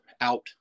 out